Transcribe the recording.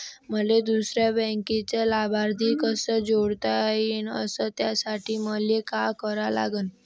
मले दुसऱ्या बँकेचा लाभार्थी कसा जोडता येईन, अस त्यासाठी मले का करा लागन?